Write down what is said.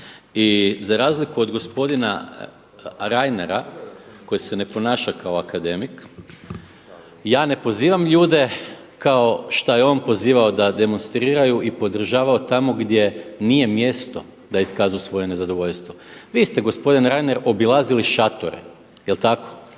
I za razliku od gospodina Reinera koji se ne ponaša kao akademik ja ne pozivam ljude kao šta je on pozivao da demonstriraju i podržavao tamo gdje nije mjesto da iskažu svoje nezadovoljstvo. Vi ste gospodine Reiner obilazili šatore, jel tako?